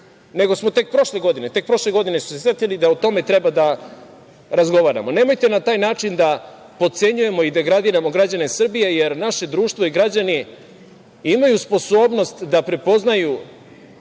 nego su se tek prošle godine setili da o tome treba da razgovaramo. Nemojte na takav način da potcenjujemo i da degradiramo građane Srbije jer naše društvo i građani imaju sposobnost da prepoznaju